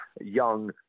young